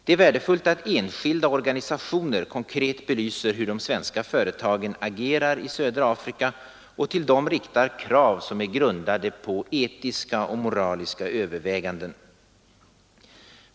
Det är värdefullt att enskilda och organisationer konkret belyser hur de svenska företagen agerar i södra Afrika och till dem riktar krav grundade på etiska och moraliska överväganden.